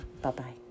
Bye-bye